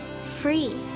free